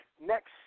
next